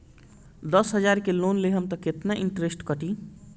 दस हजार के लोन लेहम त कितना इनट्रेस कटी?